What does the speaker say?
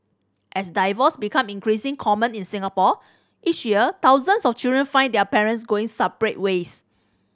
as divorce become increasing common in Singapore each year thousands of children find their parents going separate ways